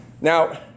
Now